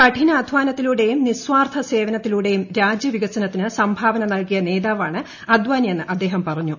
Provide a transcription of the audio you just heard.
കഠിനാധ്വാനത്തിലൂടെയും നിസ്വാർത്ഥ സേവനത്തിലൂടെയും രാജ്യ വികസനത്തിന് സംഭാവന നൽകി യ നേതാവാണ് അദ്വാനിയെന്ന് അദ്ദേഹം പറഞ്ഞു